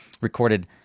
recorded